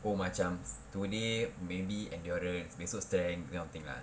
oh macam today maybe endurance esok strength that kind of thing lah